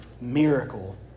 miracle